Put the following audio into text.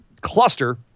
cluster